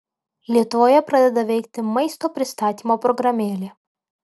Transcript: lietuvoje pradeda veikti maisto pristatymo programėlė